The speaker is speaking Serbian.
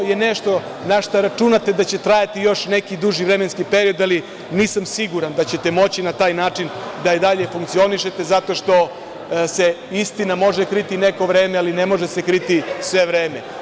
To je nešto na šta računate da će trajati još neki duži vremenski period, ali nisam siguran da ćete moći na taj način da i dalje funkcionišete, zato što se istina može kriti neko vreme, ali ne može se kriti sve vreme.